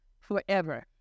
forever